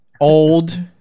old